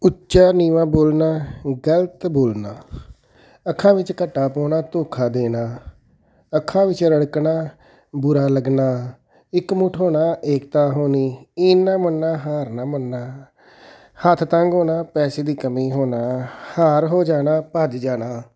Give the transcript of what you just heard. ਉੱਚਾ ਨੀਵਾਂ ਬੋਲਣਾ ਗਲਤ ਬੋਲਣਾ ਅੱਖਾਂ ਵਿੱਚ ਘੱਟਾ ਪਾਉਣਾ ਧੋਖਾ ਦੇਣਾ ਅੱਖਾਂ ਵਿੱਚ ਰੜਕਣਾ ਬੁਰਾ ਲੱਗਣਾ ਇੱਕ ਮੁੱਠ ਹੋਣਾ ਏਕਤਾ ਹੋਣੀ ਈਨ ਨਾ ਮੰਨਣਾ ਹਾਰ ਨਾ ਮੰਨਣਾ ਹੱਥ ਤੰਗ ਹੋਣਾ ਪੈਸੇ ਦੀ ਕਮੀ ਹੋਣਾ ਹਾਰ ਹੋ ਜਾਣਾ ਭੱਜ ਜਾਣਾ